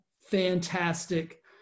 fantastic